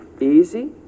Easy